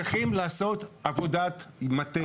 צריכים לעשות עבודת מטה.